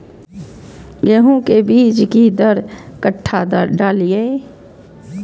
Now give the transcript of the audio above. गेंहू के बीज कि दर कट्ठा डालिए?